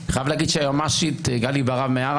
אני חייב להגיד שהיועמ"שית גלי בהרב מיארה